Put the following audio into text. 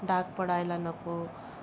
डाग पडायला नको